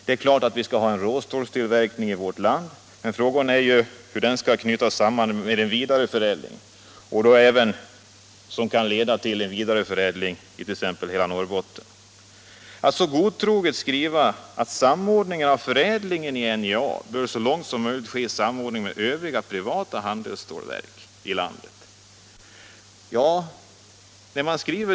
Det är klart att vi skall ha en råstålstillverkning i vårt land, men frågan är hur den skall knytas samman med vidareförädlingen, och en vidareförädling i hela Norrbotten. Att så godtroget som socialdemokraterna skriva att samordningen av förädlingen i NJA så långt som möjligt bör ske i samordning med övriga privata handelsstålverk i landet!